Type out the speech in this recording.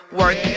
work